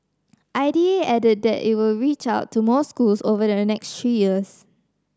I D A added that it will reach out to more schools over the next three years